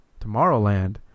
Tomorrowland